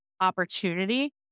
opportunity